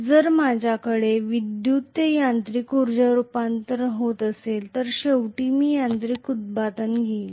जर माझ्याकडे विद्युतीय ते यांत्रिक ऊर्जा रूपांतरण होत असेल तर शेवटी मी यांत्रिक उत्पादन घेईन